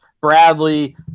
Bradley